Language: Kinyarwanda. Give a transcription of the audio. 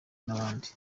n’abandi